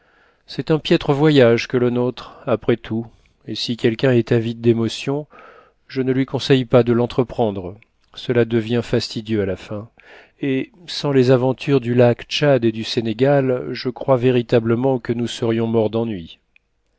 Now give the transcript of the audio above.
c'est un piètre voyage que le notre après tout et si quelqu'un est avide d'émotions je ne lui conseille pas de l'entreprendre cela devient fastidieux à la fin et sans les aventures du lac tchad et du sénégal je crois véritablement que nous serions morts d'ennui